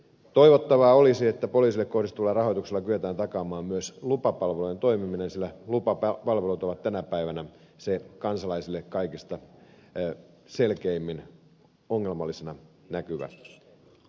toivottavaa olisi että poliisille kohdistuvalla rahoituksella kyetään takamaan myös lupapalvelujen toimiminen sillä lupapalvelut ovat tänä päivänä se kansalaisille kaikista selkeimmin ongelmallisena näkyvä osio